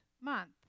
month